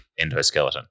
endoskeleton